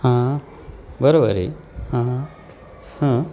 हां बरोबर आहे हां हां